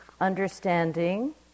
understanding